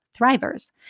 thrivers